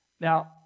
Now